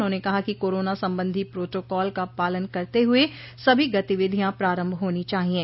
उन्होंने कहा कि कोरोना संबंधी प्रोटोकॉल का पालन करते हुए सभी गतिविधिया प्रारम्म होनी चाहिये